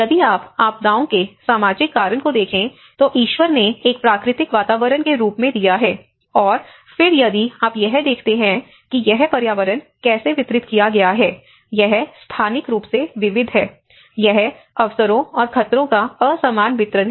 यदि आप आपदाओं के सामाजिक कारण को देखें तो ईश्वर ने एक प्राकृतिक वातावरण के रूप में दिया है और फिर यदि आप यह देखते हैं कि यह पर्यावरण कैसे वितरित किया गया है यह स्थानिक रूप से विविध है यह अवसरों और खतरों का असमान वितरण है